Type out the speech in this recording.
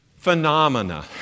phenomena